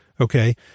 Okay